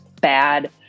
bad